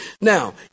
Now